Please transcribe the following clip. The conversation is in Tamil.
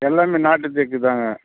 எல்லாமே நாட்டுத் தேக்கு தாங்க